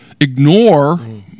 ignore